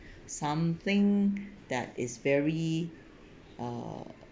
something that is very uh